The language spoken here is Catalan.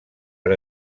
per